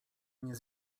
nie